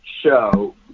show